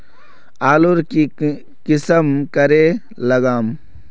आलूर की किसम करे लागम?